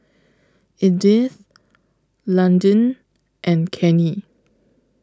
Edyth Londyn and Kenny